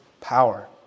power